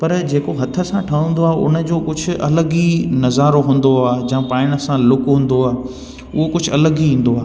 पर जेको हथ सां ठहंदो आहे उन जो कुझु अलॻि ई नज़ारो हूंदो आहे जा पाइण सां लुक हूंदो आहे उहो कुझु अलॻि ई ईंदो आहे